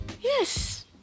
yes